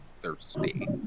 thirsty